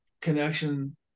connection